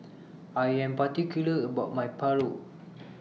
I Am particular about My Paru